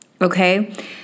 okay